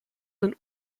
sind